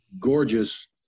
gorgeous